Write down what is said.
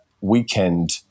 weekend –